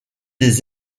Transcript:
des